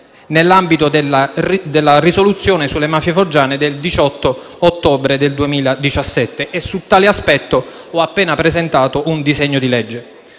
nell'ambito delle risoluzioni sulle mafie foggiane del 18 ottobre 2017, e su tale aspetto ho appena presentato un disegno di legge.